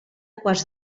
quarts